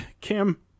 Kim